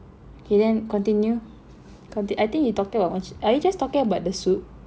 okay then continue conti~ I think you talking about are you just talking about the SOOP